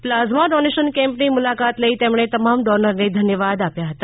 પ્લા જમા ડોનેશન કેમ્પની મુલાકાત લઈ તેમણે તમામ ડોનરને ધન્યવાદ આપ્યા હતા